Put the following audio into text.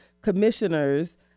commissioners